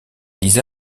lisa